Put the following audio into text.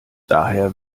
daher